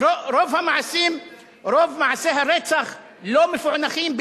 אחמד טיבי, אתה, רוב מעשי הרצח לא מפוענחים.